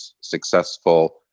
successful